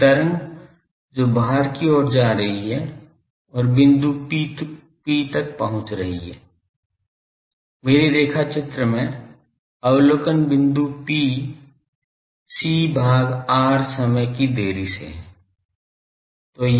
एक तरंग जो बाहर की ओर जा रही है और बिंदु P तक पहुंच रही है मेरे रेखाचित्र में अवलोकन बिंदु P c भाग r समय की देरी से है